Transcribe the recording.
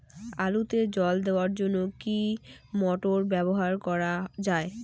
আলুতে জল দেওয়ার জন্য কি মোটর ব্যবহার করা যায়?